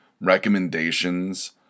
recommendations